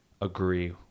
agree